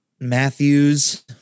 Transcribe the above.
Matthews